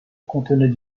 contenait